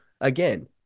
again